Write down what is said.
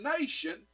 nation